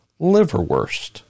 liverwurst